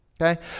okay